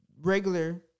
regular